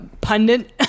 pundit